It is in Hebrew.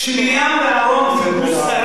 כאשר מרים ואהרן דיברו סרה